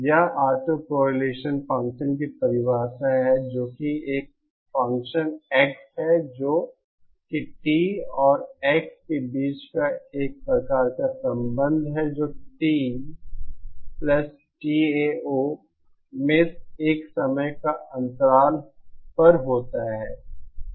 यह autocorrelation function की परिभाषा है जो जो एक ही फ़ंक्शन X है जो कि t और x के बीच का एक प्रकार का संबंध है जो TTao में एक समय के अंतराल पर होता है